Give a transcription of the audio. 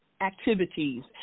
activities